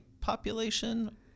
population